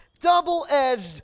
double-edged